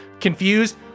confused